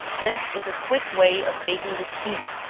this is a quick way of making the tea,